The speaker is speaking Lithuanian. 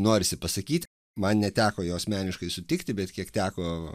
norisi pasakyt man neteko jo asmeniškai sutikti bet kiek teko